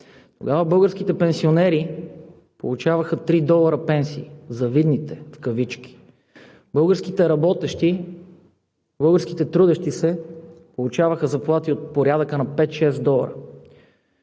Тогава българските пенсионери получаваха 3 долара пенсии – завидните в кавички. Българските работещи, българските трудещи се получаваха заплати от порядъка на 5 – 6 долара.